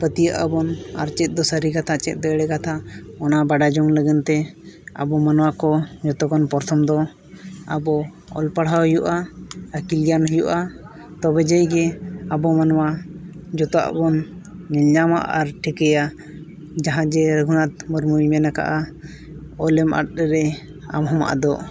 ᱯᱟᱹᱛᱭᱟᱹᱜ ᱟᱵᱚᱱ ᱟᱨ ᱪᱮᱫ ᱫᱚ ᱥᱟᱹᱨᱤ ᱠᱟᱛᱷᱟ ᱪᱮᱫ ᱫᱚ ᱮᱲᱮ ᱠᱟᱛᱷᱟ ᱚᱱᱟ ᱵᱟᱲᱟᱭ ᱡᱚᱝ ᱞᱟᱹᱜᱤᱫ ᱛᱮ ᱟᱵᱚ ᱢᱟᱱᱣᱟ ᱠᱚ ᱡᱚᱛᱚᱠᱷᱚᱱ ᱯᱨᱚᱛᱷᱚᱢ ᱫᱚ ᱟᱵᱚ ᱚᱞᱼᱯᱟᱲᱦᱟᱣ ᱦᱩᱭᱩᱜᱼᱟ ᱟᱹᱠᱤᱞ ᱜᱮᱭᱟᱱ ᱦᱩᱭᱩᱜᱼᱟ ᱛᱚᱵᱮ ᱡᱮ ᱜᱮ ᱟᱵᱚ ᱢᱟᱱᱣᱟ ᱡᱚᱛᱚᱣᱟᱜ ᱵᱚᱱ ᱧᱮᱞ ᱧᱟᱢᱟ ᱟᱨ ᱵᱚᱱ ᱴᱷᱤᱠᱟᱹᱭᱟ ᱡᱟᱦᱟᱸ ᱡᱮ ᱨᱚᱜᱷᱩᱱᱟᱛᱷ ᱢᱩᱨᱢᱩᱭ ᱢᱮᱱ ᱠᱟᱫᱼᱟ ᱚᱞ ᱮᱢ ᱟᱫ ᱞᱮᱨᱮ ᱟᱢ ᱦᱚᱢ ᱟᱫᱚᱜ